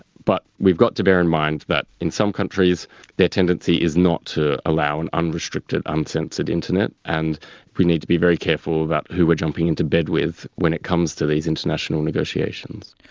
but we've got to bear in mind that in some countries their tendency is not to allow an unrestricted, uncensored internet, and we need to be very careful about who we are jumping into bed with when it comes to these international negotiations.